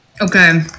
Okay